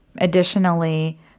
Additionally